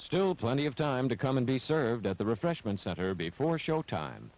still plenty of time to come and be served at the refreshment center before showtime